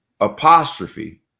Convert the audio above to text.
apostrophe